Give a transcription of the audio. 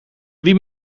wie